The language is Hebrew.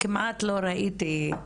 כמעט לא ראיתי,